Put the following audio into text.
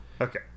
Okay